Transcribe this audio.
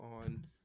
on